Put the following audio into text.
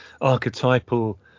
archetypal